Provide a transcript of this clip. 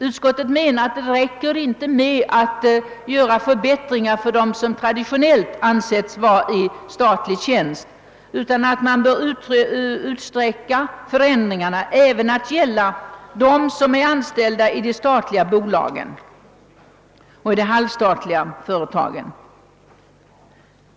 Utskottet anser att det inte räcker med förbättringar för dem som enligt traditionella begrepp anses vara anställda i statlig tjänst, utan att man bör utsträcka förändringarna till att gälla även dem som är anställda i de statliga bolagen och i halvstatliga företag.